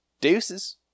Deuces